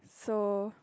so